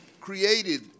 created